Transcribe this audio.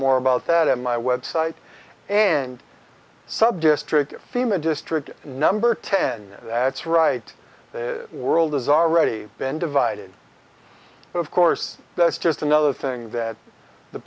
more about that at my website and subdistrict fema district in number ten that's right the world is already been divided but of course that's just another thing that the